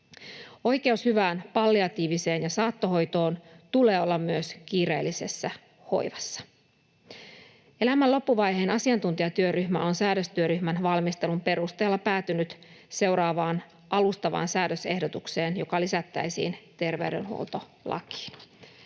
Oikeus hyvään palliatiiviseen ja saattohoitoon tulee olla myös kiireellisessä hoivassa. Elämän loppuvaiheen asiantuntijatyöryhmä on säädöstyöryhmän valmistelun perusteella päätynyt seuraavaan alustavaan säädösehdotukseen, joka lisättäisiin terveydenhuoltolakiin,